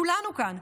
כולנו כאן,